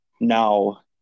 now